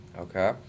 okay